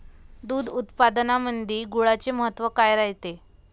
दूध उत्पादनामंदी गुळाचे महत्व काय रायते?